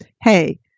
hey